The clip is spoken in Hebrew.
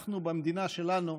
אנחנו, במדינה שלנו,